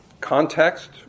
context